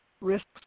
risks